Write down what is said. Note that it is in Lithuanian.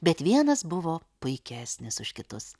bet vienas buvo puikesnis už kitus